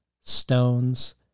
stones